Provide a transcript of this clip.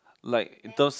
like in terms